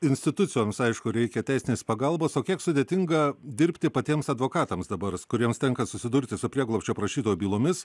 institucijoms aišku reikia teisinės pagalbos o kiek sudėtinga dirbti patiems advokatams dabar kuriems tenka susidurti su prieglobsčio prašytojų bylomis